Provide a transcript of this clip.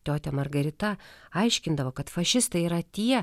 tiotia margarita aiškindavo kad fašistai yra tie